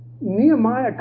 Nehemiah